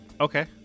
Okay